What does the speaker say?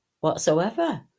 whatsoever